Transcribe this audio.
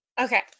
Okay